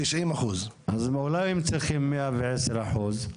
אז אולי הם צריכים מאה ועשר אחוז?